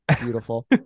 beautiful